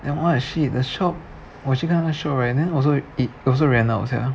and what the shit the shop 我去看那个 shop right then also it also ran out sia